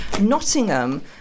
Nottingham